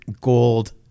gold